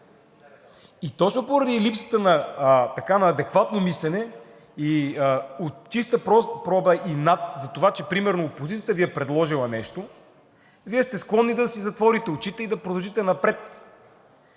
И точно поради липсата на адекватно мислене и от чиста проба инат, затова, че примерно опозицията Ви е предложила нещо, Вие сте склонни да си затворите очите и да продължите напред.